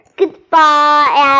Goodbye